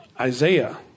Isaiah